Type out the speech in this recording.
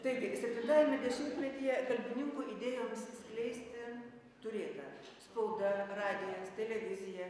taigi septintajame dešimtmetyje kalbininkų idėjoms skleisti turėta spauda radijas televizija